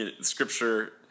scripture